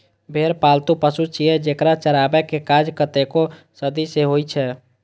भेड़ पालतु पशु छियै, जेकरा चराबै के काज कतेको सदी सं होइ छै